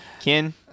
Ken